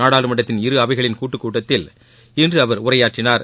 நாடாளுமன்றத்தின் இரு அவைகளின் கூட்டுக் கூட்டத்தில் இன்று அவர் உரையாற்றினார்